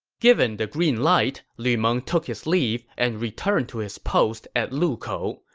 given the green light, lu meng took his leave and returned to his post at lukou.